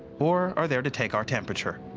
or are there to take our temperature.